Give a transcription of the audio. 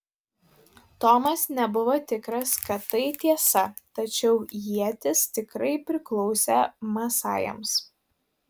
tomas nebuvo tikras kad tai tiesa tačiau ietis tikrai priklausė masajams